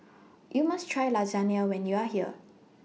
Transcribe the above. YOU must Try Lasagna when YOU Are here